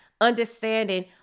understanding